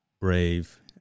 brave